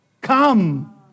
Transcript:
come